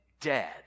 dead